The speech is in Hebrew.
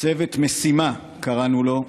צוות משימה, כך קראנו לו,